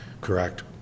correct